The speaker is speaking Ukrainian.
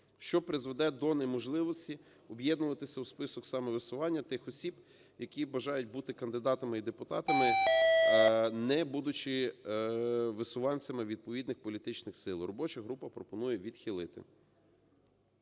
що призведе до неможливості об'єднуватися в список самовисування тих осіб, які бажають бути кандидатами і депутатами, не будучи висуванцями відповідних політичних сил. Робоча група пропонує відхилити.